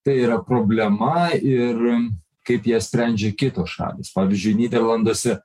tai yra problema ir kaip ją sprendžia kitos šalys pavyzdžiui nyderlanduose